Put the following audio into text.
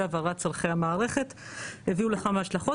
והעברת צרכי המערכת הביאו לכמה השלכות